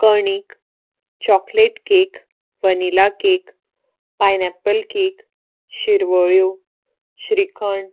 कणीक chocolate cake vanilla cake pineapple cake शिरवळ्यो श्रीखंड